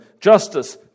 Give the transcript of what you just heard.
justice